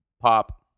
pop